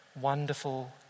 wonderful